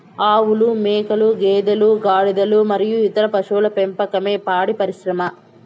ఆవులు, మేకలు, గేదెలు, గాడిదలు మరియు ఇతర పశువుల పెంపకమే పాడి పరిశ్రమ